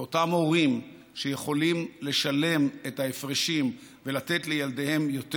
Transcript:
לאותם הורים שיכולים לשלם את ההפרשים ולתת לילדיהם יותר,